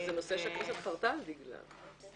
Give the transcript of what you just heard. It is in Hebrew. זה נושא שהכנסת חרתה על דגלה.